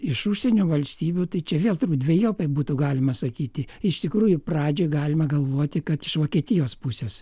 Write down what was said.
iš užsienio valstybių tai čia vėl taip dvejopai būtų galima sakyti iš tikrųjų pradžiai galima galvoti kad iš vokietijos pusės